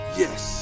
yes